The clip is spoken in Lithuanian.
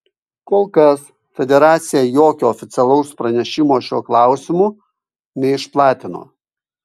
kol kas federacija jokio oficialaus pranešimo šiuo klausimu neišplatino